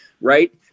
right